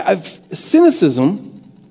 Cynicism